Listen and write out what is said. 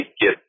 get